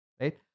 right